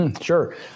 Sure